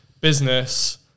business